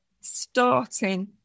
starting